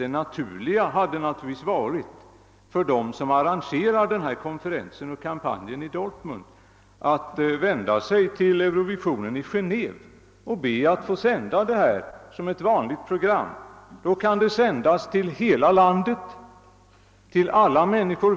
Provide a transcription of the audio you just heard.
Det naturliga för dem som arrangerar konferensen i Dortmund hade varit att vända sig till Eurovisionen i Genéve och be att få sända den som ett vanligt program. Detta program kan då sändas ut till alla människor i ett land.